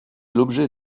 l’objet